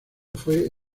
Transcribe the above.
fue